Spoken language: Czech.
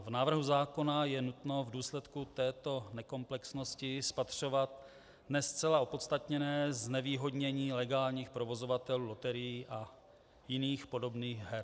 V návrhu zákona je nutno v důsledku této nekomplexnosti spatřovat ne zcela opodstatněné znevýhodnění legálních provozovatelů loterií a jiných podobných her.